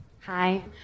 Hi